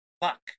Fuck